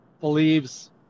believes